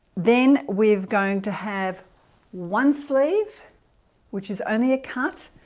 then we're going to have one sleeve which is only a cut